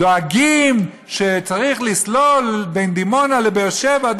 דואגים שצריך לסלול בין דימונה לבאר שבע,